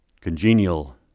congenial